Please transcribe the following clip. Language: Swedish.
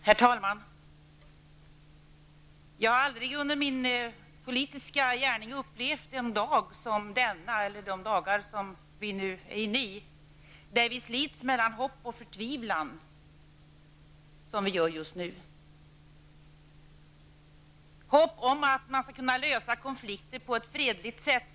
Herr talman! Jag har aldrig i min politiska gärning upplevt sådana dagar som nu, när vi slits mellan hopp och förtvivlan. Vi hoppas naturligtvis att konflikten skall kunna lösas på ett fredligt sätt.